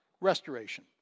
restoration